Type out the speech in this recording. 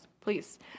please